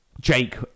Jake